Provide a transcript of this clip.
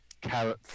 Carrot